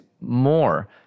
more